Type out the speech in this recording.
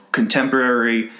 contemporary